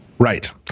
Right